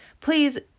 Please